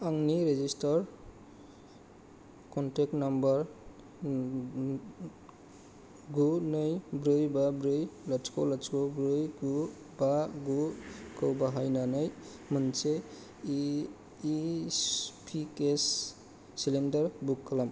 आंनि registered contact number गु नै ब्रै बा ब्रै लाथिख' लाथोख' ब्रै गु बा गु खौ बाहायनानै मोनसे H P gas cylinder book खालाम